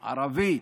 ערבית,